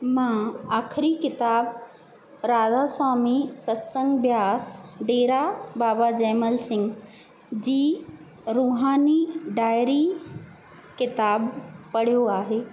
मां आख़िरी किताबु राधास्वामी सत्संग ब्यास डेरा बाबा जयमल सिंघ जी रूहानी डायरी किताबु पढ़ियो आहे